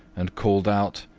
and called out,